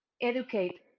educate